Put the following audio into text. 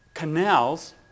canals